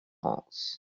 france